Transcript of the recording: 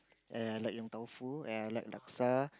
and I like Yong-Tau-Foo and I like Laksa